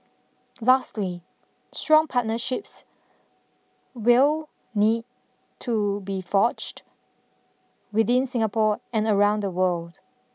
lastly strong partnerships will need to be forged within Singapore and around the world